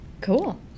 Cool